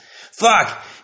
Fuck